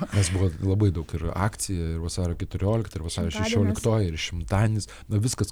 nes buvo labai daug ir akcija ir vasario keturiolikta ir vasario šešioliktoji ir šimtadienis na viskas